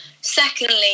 Secondly